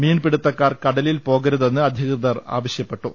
മീൻപിടുത്തക്കാർ കടലിൽ പോകരുതെന്ന് അധികൃതർ ആവശ്യപ്പെട്ടു